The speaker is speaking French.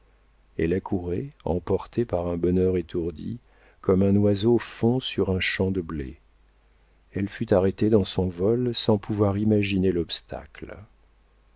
elle accourait emportée par un bonheur étourdi comme un oiseau fond sur un champ de blé elle fut arrêtée dans son vol sans pouvoir imaginer l'obstacle